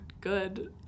good